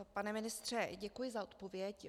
Pane ministře, děkuji za odpověď.